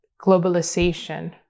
globalization